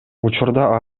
учурда